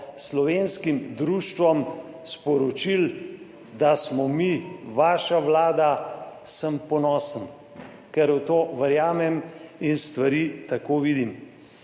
slovenskim društvom sporočili, da smo mi vaša vlada, sem ponosen, ker v to verjamem in stvari tako vidim.